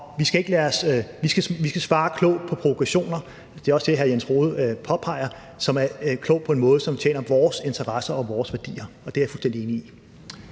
påpeger, nemlig at det skal være klogt på en måde, som tjener vores interesser og vores værdier; det er jeg fuldstændig enig i.